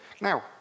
Now